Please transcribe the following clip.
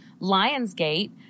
Lionsgate